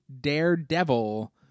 Daredevil